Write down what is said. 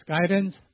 guidance